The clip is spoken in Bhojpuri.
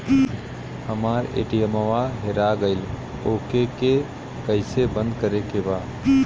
हमरा ए.टी.एम वा हेरा गइल ओ के के कैसे बंद करे के बा?